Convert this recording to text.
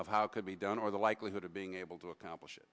of how could be done or the likelihood of being able to accomplish it